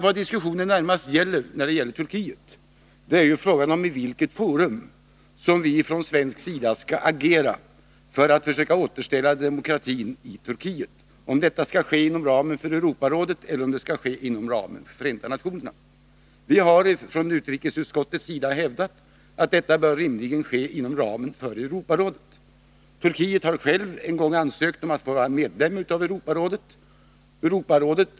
Vad diskussionen närmast gäller i fråga om Turkiet är i vilket forum vi från svensk sida skall agera för att försöka återställa demokratin i Turkiet. Frågan gäller om detta skall ske inom ramen för Europarådet eller om det skall ske inom ramen för Förenta nationerna. Vi har från utrikesutskottets sida hävdat att detta rimligen bör ske inom ramen för Europarådet. Turkiet har självt en gång ansökt om medlemskap i Europarådet.